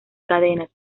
cadenas